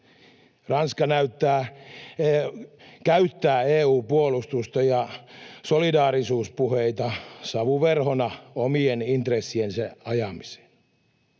Ranska käyttää EU-puolustusta ja solidaarisuuspuheita savuverhona omien intressiensä ajamiseen.